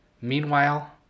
Meanwhile